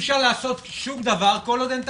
כי לפי התזה שלך אי אפשר לעשות שום דבר כל עוד אין תקציב.